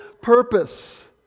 purpose